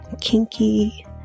kinky